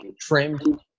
trimmed